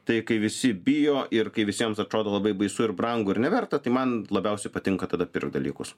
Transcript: tai kai visi bijo ir kai visiems atrodo labai baisu ir brangu ir neverta tai man labiausiai patinka tada dalykus